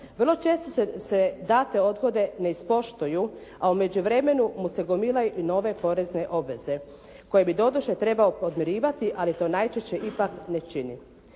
Vrlo često se date odgode ne ispoštuju a u međuvremenu mu se gomilaju nove porezne obveze koje bi doduše trebao podmirivati ali to najčešće ipak ne čini.